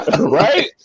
Right